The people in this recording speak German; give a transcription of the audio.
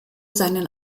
seinen